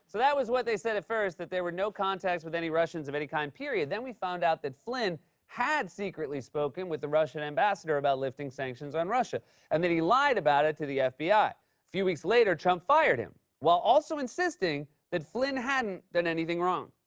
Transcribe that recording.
so that was what they said at first, that there were no contacts with any russians of any kind, period. then we found out that flynn had secretly spoken with the russian ambassador about lifting sanctions on russia and that he lied about it to the fbi. a few weeks later, trump fired him while also insisting that flynn hadn't done anything wrong.